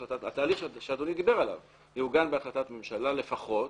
שאדוני דיבר עליו, יעוגן בהחלטת ממשלה לפחות,